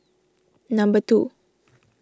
number two